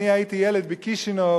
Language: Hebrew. אני הייתי ילד בקישינב,